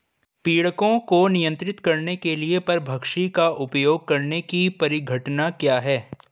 पीड़कों को नियंत्रित करने के लिए परभक्षी का उपयोग करने की परिघटना क्या है?